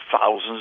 thousands